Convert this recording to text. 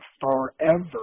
forever